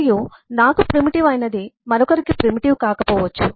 మరియు నాకు ప్రిమిటివ్ అయినది మరొకరికి ప్రిమిటివ్ కాకపోవచ్చు